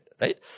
right